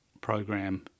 program